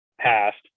passed